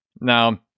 Now